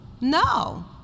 No